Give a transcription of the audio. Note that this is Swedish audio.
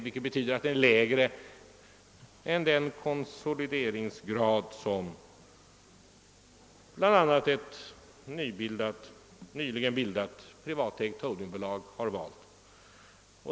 Det betyder att den är lägre än den konsolideringsgrad som bl.a. ett nyligen bildat privatägt holdingbolag har valt.